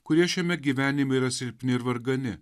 kurie šiame gyvenime yra silpni ir vargani